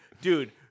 dude